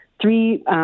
three